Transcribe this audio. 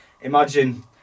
imagine